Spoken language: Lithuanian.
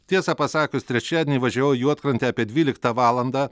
tiesą pasakius trečiadienį važiavau į juodkrantę apie dvyliktą valandą